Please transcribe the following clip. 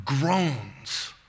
groans